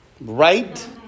Right